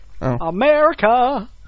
America